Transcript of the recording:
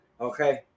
Okay